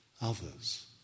others